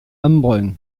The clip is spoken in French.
embrun